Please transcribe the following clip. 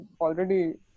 already